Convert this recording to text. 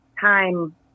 time